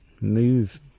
move